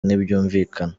ntibyumvikana